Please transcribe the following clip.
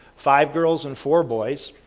five girls, and four boys.